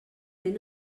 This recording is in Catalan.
ben